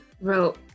wrote